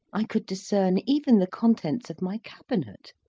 i could discern even the contents of my cabinet,